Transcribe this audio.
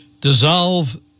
dissolve